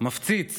מפציץ